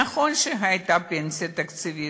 נכון שהייתה פנסיה תקציבית,